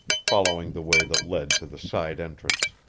following the way that led to the side entrance.